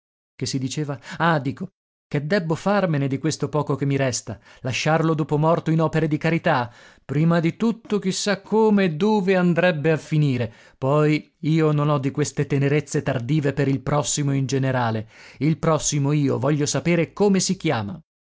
che si diceva ah dico che debbo farmene di questo poco che mi resta lasciarlo dopo morto in opere di carità prima di tutto chi sa come e dove andrebbe a finire poi io non ho di queste tenerezze tardive per il prossimo in generale il prossimo io voglio sapere come si chiama